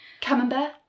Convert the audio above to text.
Camembert